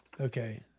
Okay